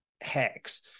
hacks